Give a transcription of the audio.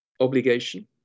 obligation